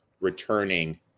returning